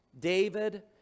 David